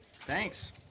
Thanks